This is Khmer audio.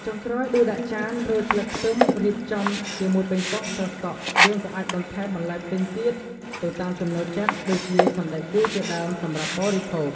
ចុងក្រោយ ដួសដាក់ចាន រោយស្លឹកខ្ទឹម រៀបចំជាមួយប៉េងប៉ោះ ត្រសក់ យើងក៏អាចបន្ថែមបន្លែផ្សេងៗទៀតទៅតាមចំណូលចិត្ត ដូចជា សណ្តែកគួរជាដើម សម្រាប់បរិភោគ។